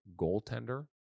goaltender